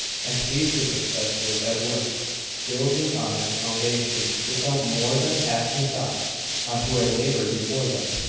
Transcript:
and sees his successors at work building on his foundations, without more than a passing thought on who had laboured before them,